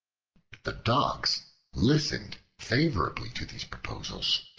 the dogs listened favorably to these proposals,